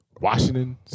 Washington